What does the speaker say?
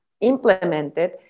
implemented